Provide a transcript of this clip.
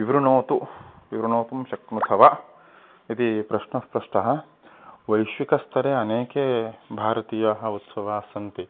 विवृणोतु विवृणोतुं शक्नुथ वा इति प्रश्नः पृष्टः वैश्विकस्तरे अनेके भारतीयाः उत्सवास्सन्ति